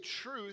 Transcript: truth